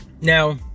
now